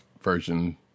version